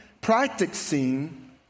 practicing